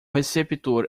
receptor